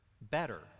better